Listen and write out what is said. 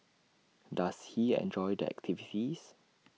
does he enjoy the activities